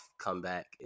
comeback